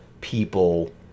people